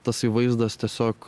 tasai vaizdas tiesiog